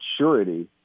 maturity